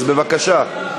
אז בבקשה.